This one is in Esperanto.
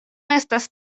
estas